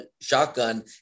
shotgun